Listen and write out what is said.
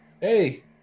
Hey